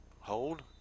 Hold